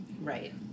Right